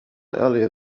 earlier